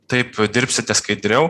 taip dirbsite skaidriau